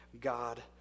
god